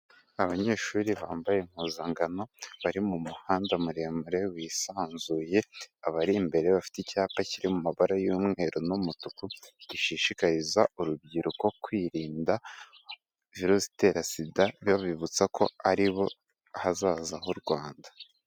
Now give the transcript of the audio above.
Abanyeshuri bambaye impuzangano, bari mu muhanda muremure bisanzuye, abari imbere bafite icyapa kiri mu mabara y'umweru n'umutuku, gishishikariza urubyiruko kwirinda virusi itera sida, babibutsa ko ari bo hazaza h'u Rwanda.